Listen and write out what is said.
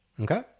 Okay